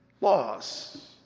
loss